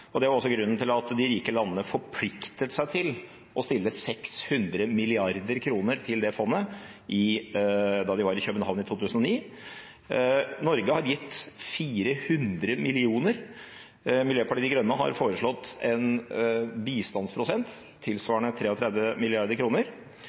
klimaendringene. Det er også grunnen til at de rike landene forpliktet seg til å stille 600 mrd. kr til det fondet da de var i København i 2009. Norge har gitt 400 mill. kr. Miljøpartiet De Grønne har foreslått en bistandsprosent